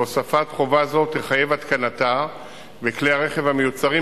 והוספת חובה זו תחייב התקנתה בכלי-הרכב המיוצרים